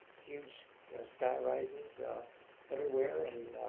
huge sky rises everywhere. and